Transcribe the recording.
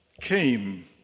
came